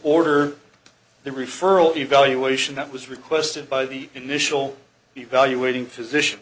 order the referral evaluation that was requested by the initial evaluating physician